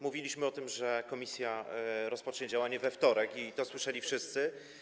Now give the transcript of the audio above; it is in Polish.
Mówiliśmy o tym, że komisja rozpocznie działanie we wtorek, i to słyszeli wszyscy.